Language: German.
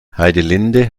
heidelinde